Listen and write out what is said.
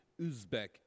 Uzbek